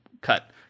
cut